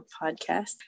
podcast